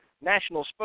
national